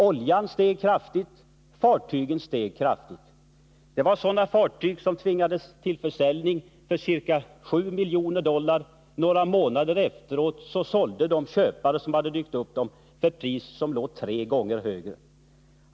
Oljan steg kraftigt i pris. Fartygen steg senare också kraftigt i pris. Det var sådana fartyg som man tvingades sälja för ca 7 miljoner dollar. Några månader senare sålde köparna dem till priser som var tre gånger högre.